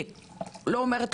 אז בבקשה לטפל בזה,